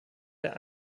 der